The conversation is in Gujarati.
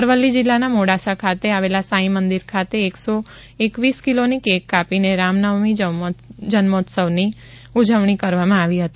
અરવલ્લી જિલ્લાના મોડાસા ખાતે આવેલા સાંઈ મંદિર ખાતે એકસો એકવીસ કિલોની કેક કાપીને રામનવમી જન્મોત્સવ ઉજવાયો હતો